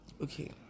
Okay